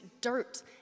dirt